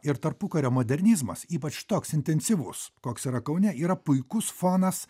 ir tarpukario modernizmas ypač toks intensyvus koks yra kaune yra puikus fonas